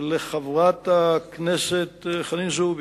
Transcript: לחברת הכנסת חנין זועבי,